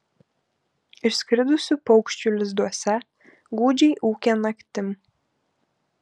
išskridusių paukščių lizduose gūdžiai ūkia naktim